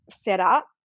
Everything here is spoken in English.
setup